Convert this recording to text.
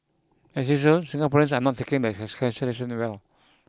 as usual Singaporeans are not taking the cancel cancellation well